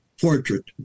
portrait